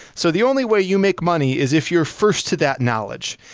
so the only way you make money is if you're first to that knowledge,